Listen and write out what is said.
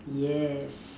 yes